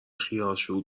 خیارشور